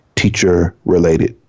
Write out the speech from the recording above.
teacher-related